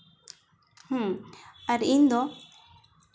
ᱦᱮᱸ ᱟᱨ ᱤᱧ ᱫᱚ